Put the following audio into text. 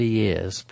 years